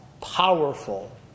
powerful